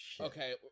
Okay